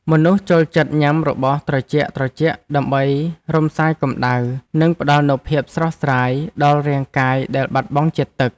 មនុស្សចូលចិត្តញ៉ាំរបស់ត្រជាក់ៗដើម្បីរំសាយកម្តៅ និងផ្ដល់នូវភាពស្រស់ស្រាយដល់រាងកាយដែលបាត់បង់ជាតិទឹក។